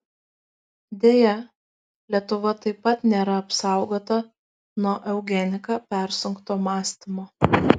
deja lietuva taip pat nėra apsaugota nuo eugenika persunkto mąstymo